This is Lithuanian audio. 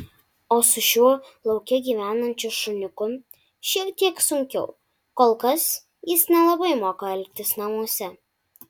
o su šiuo lauke gyvenančiu šuniuku šiek tiek sunkiau kol kas jis nelabai moka elgtis namuose